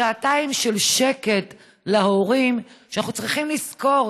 שעתיים של שקט להורים, ואנחנו צריכים לזכור,